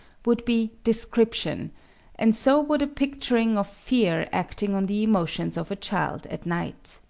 would be description and so would a picturing of fear acting on the emotions of a child at night.